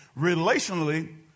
relationally